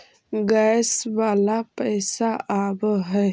Gas वाला पैसा आव है?